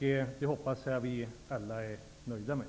Det hoppas jag att vi alla är nöjda med.